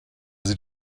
sie